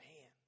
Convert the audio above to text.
Man